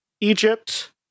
Egypt